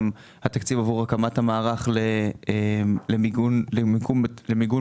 גם התקציב עבור הקמת המערך למיגון בתים